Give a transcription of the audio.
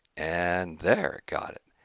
and there it got it,